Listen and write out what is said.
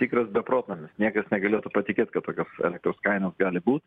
tikras beprotnamis niekas negalėtų patikėt kad tokios elektros kainos gali būt